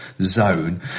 zone